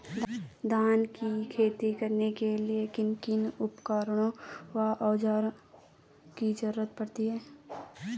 धान की खेती करने के लिए किन किन उपकरणों व औज़ारों की जरूरत पड़ती है?